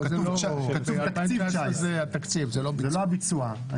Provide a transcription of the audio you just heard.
לא, כתוב תקציב 2019. זה לא הביצוע.